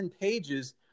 pages